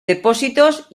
depósitos